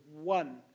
one